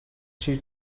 she